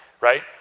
right